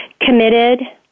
Committed